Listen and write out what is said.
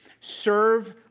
serve